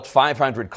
500